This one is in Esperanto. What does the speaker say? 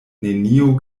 neniu